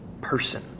person